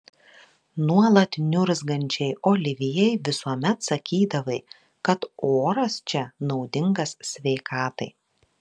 nuolat niurzgančiai olivijai visuomet sakydavai kad oras čia naudingas sveikatai